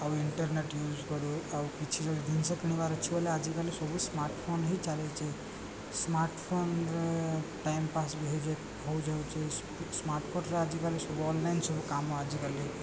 ଆଉ internet use କରୁ ଆଉ କିଛି ଜିନିଷ କିଣିବାର ଅଛି ବୋଲେ ଆଜିକାଲି ସବୁ ସ୍ମାର୍ଟ ଫୋନ ହିଁ ଚାଲିଛି ସ୍ମାର୍ଟ ଫୋନରେ ଟାଇମ୍ ପାସ୍ ବି ହେଇ ହେଇ ଯାଉଛି ସ୍ମାର୍ଟ ଫୋନରେ ଆଜିକାଲି ସବୁ ଅନଲାଇନ୍ ସବୁ କାମ ଆଜିକାଲି